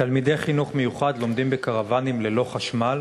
תלמידי חינוך מיוחד שם לומדים בקרוונים ללא חשמל